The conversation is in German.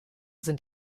sind